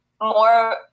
more